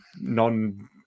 non